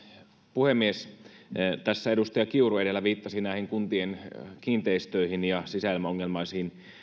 puhemies edustaja kiuru edellä viittasi kuntien kiinteistöihin ja sisäilmaongelmaisiin